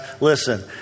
listen